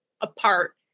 apart